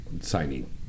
signing